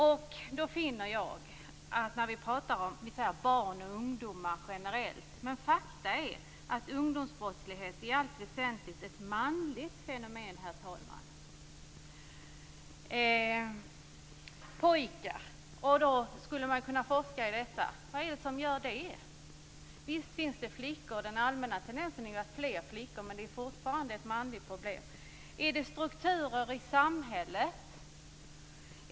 Jag har funnit att vi pratar om barn och ungdomar generellt. Men faktum är att ungdomsbrottslighet i allt väsentligt är ett manligt fenomen, herr talman. Det är pojkar. Man skulle kunna forska i detta. Vad är det som gör det? Visst finns det flickor. Den allmänna tendensen är att det blir fler flickor, men det är fortfarande ett manligt problem. Är det strukturer i samhället?